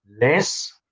less